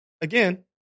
again